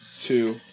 two